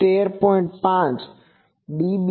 5 db કહીએ છીએ